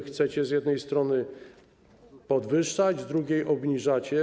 Chcecie z jednej strony podwyższać, z drugiej - obniżacie.